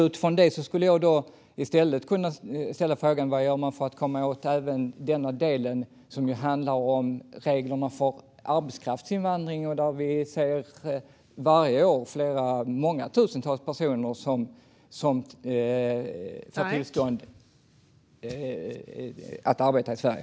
Utifrån detta vill jag ställa frågan: Vad gör man för att komma åt även denna del, som handlar om reglerna för arbetskraftsinvandring, där vi varje år ser tusentals personer som sökt tillstånd att arbeta i Sverige?